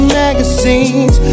magazines